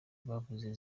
bavuze